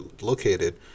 located